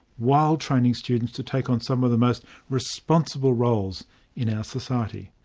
while training students to take on some of the most responsible roles in our society.